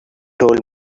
told